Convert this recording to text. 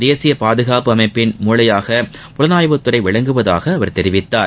தேசிய பாதுகாப்பு அமைப்பின் மூளையாக புலனாய்வுத் துறை விளங்குவதாக அவர் தெரிவித்தார்